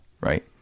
right